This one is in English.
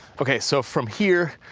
okay, so from here,